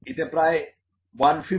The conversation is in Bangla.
এটা প্রায় 150 mm